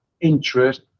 interest